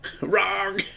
wrong